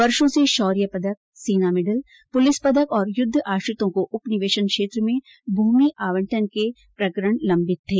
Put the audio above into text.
वर्षो से शौर्य पदक सेना मेडल पुलिस पदक और युद्ध आश्रितों को उप निवेशन क्षेत्र में भूमि आवंटन के प्रकरण लम्बित थे